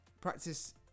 Practice